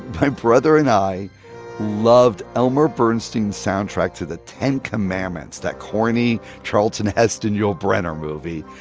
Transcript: my brother and i loved elmer bernstein's soundtrack to the ten commandments. that corny charlton heston, yul brynner movie.